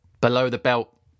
below-the-belt